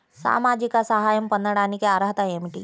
సామాజిక సహాయం పొందటానికి అర్హత ఏమిటి?